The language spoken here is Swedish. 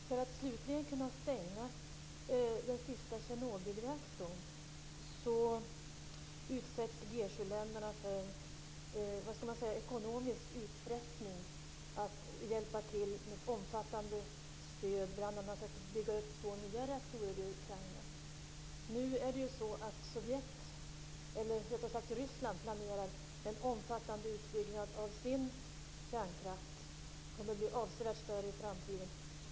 Fru talman! För att slutligen kunna stänga den sista Tjernobylreaktorn har G7-länderna utsatts för ekonomisk utpressning att hjälpa till med ett omfattande stöd bl.a. till att bygga upp två nya reaktorer i Ukraina. Ryssland planerar en omfattande utbyggnad av sin kärnkraft; den kommer att bli avsevärt större i framtiden.